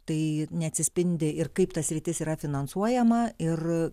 tai neatsispindi ir kaip ta sritis yra finansuojama ir